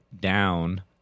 down